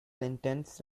intents